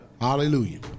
Hallelujah